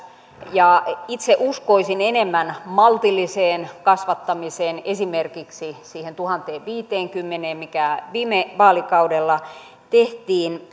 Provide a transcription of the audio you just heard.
itse uskoisin enemmän maltilliseen kasvattamiseen esimerkiksi siihen tuhanteenviiteenkymmeneen mikä viime vaalikaudella tehtiin